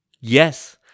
Yes